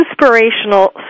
inspirational